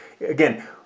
Again